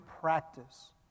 practice